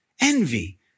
Envy